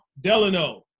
Delano